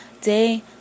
day